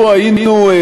לו היינו,